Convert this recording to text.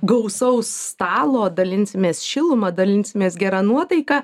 gausaus stalo dalinsimės šiluma dalinsimės gera nuotaika